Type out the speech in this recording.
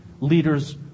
leaders